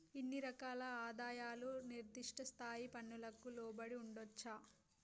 ఇన్ని రకాల ఆదాయాలు నిర్దిష్ట స్థాయి పన్నులకు లోబడి ఉండొచ్చా